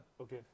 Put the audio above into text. Okay